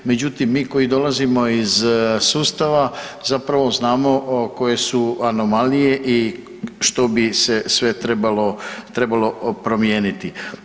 Međutim mi koji dolazimo iz sustava zapravo znamo koje su anomalije i što bi se sve trebalo promijeniti.